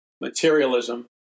materialism